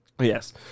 Yes